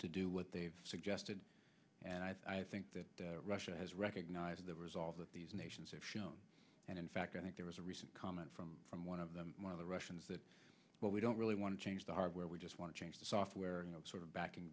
to do what they've suggested and i think that russia has recognized the resolve that these nations have shown and in fact i think there was a recent comment from from one of them one of the russians that what we don't really want to change the hardware we just want to change the software sort of backing